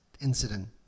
incident